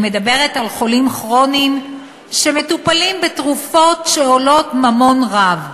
אני מדברת על חולים כרוניים שמטופלים בתרופות שעולות ממון רב.